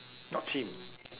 not chim